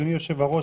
אדוני יושב-הראש,